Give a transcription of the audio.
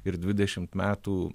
ir dvidešimt metų